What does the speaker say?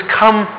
come